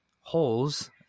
holes